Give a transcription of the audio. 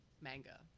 manga